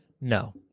No